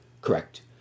Correct